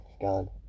Gone